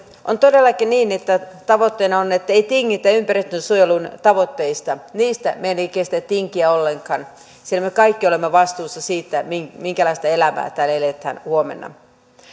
on todellakin niin että tavoitteena on ettei tingitä ympäristönsuojelun tavoitteista niistä meidän ei kestä tinkiä ollenkaan sillä me kaikki olemme vastuussa siitä minkälaista elämää täällä eletään huomenna